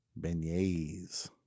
Beignets